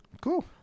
Cool